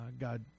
God